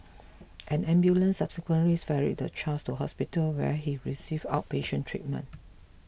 an ambulance subsequently ferried the child to hospital where he received outpatient treatment